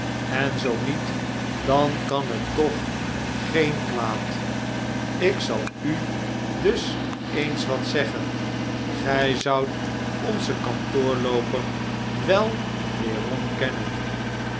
en zoo niet dan kan het toch geen kwaad ik zal u dus eens wat zeggen gij zoudt onzen kantoorlooper wel weerom kennen